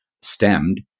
stemmed